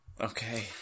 Okay